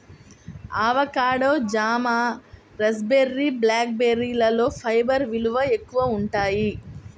avocado, జామ, raspberry, black బెర్రీలలో fibre విలువలు ఎక్కువగా ఉంటాయి